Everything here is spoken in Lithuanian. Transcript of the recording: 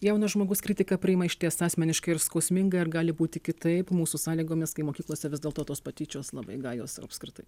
jaunas žmogus kritiką priima išties asmeniškai ir skausmingai ar gali būti kitaip mūsų sąlygomis kai mokyklose vis dėlto tos patyčios labai gajos apskritai